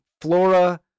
flora